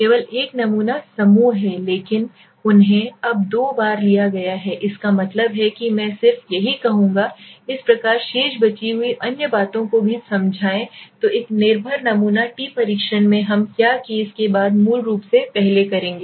केवल एक नमूना समूह है लेकिन उन्हें अब दो बार लिया गया है इसका मतलब है कि मैं सिर्फ यही कहूंगा इस प्रकार शेष बची हुई अन्य बातों को भी समझाएँतो एक निर्भर नमूना टी परीक्षण में हम क्या केस के बाद मूल रूप से पहले करेगा